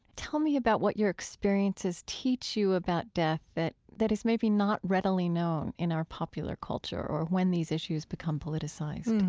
tell me about what your experiences teach you about death that that is maybe not readily known in our popular culture or when these issues become politicized